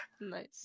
Nice